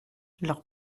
leur